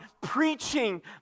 preaching